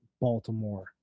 Baltimore